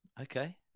Okay